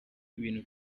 ibintu